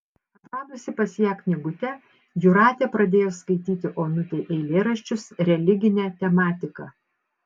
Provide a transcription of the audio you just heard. atradusi pas ją knygutę jūratė pradėjo skaityti onutei eilėraščius religine tematika